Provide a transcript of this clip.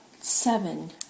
seven